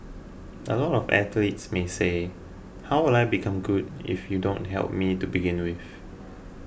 a lot of athletes may say how will I become good if you don't help me to begin with